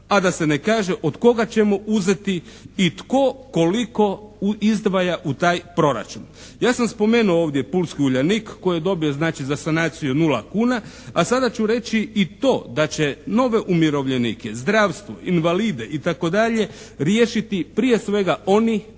a da se ne kaže od koga ćemo uzeti i tko, koliko izdvaja u taj proračun. Ja sam spomenuo ovdje pulski "Uljanik" koji je dobio znači za sanaciju 0 kuna a sada ću reći i to da će nove umirovljenike zdravstvo, invalide itd., riješiti prije svega oni koji